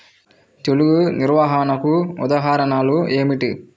తెగులు నిర్వహణకు ఉదాహరణలు ఏమిటి?